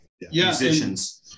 musicians